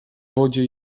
wodzie